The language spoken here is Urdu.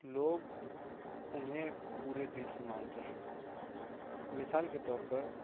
لوگ انہیں پورے دل سے مانتے ہیں مثال کے طور پر